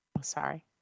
Sorry